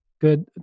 good